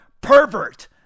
pervert